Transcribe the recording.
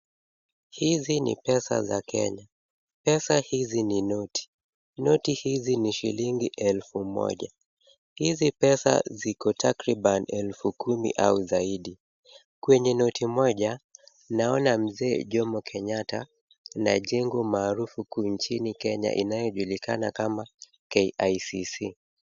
Hizi ni pesa za Kenya. Pesa hizi ni noti. Noti hizi ni shilingi elfu moja. Hizi pesa ziko takriban elfu kumi au zaidi. Kwenye noti moja, naona mzee Jomo Kenyatta na jengo maarufu nchini Kenya inayojulikana kama KICC.